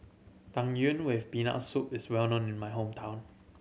Tang Yuen with Peanut Soup is well known in my hometown